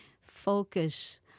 focus